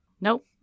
Nope